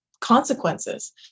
consequences